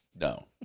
No